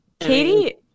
Katie